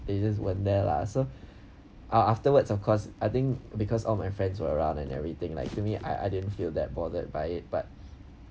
they just weren't there lah so a~ afterwards of course I think because all my friends were around and everything like to me I I didn't feel that bothered by it but